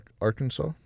Arkansas